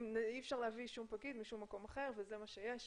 אם אי אפשר להביא פקיד ממקום אחר וזה מה שיש,